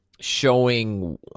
showing